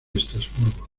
estrasburgo